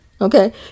okay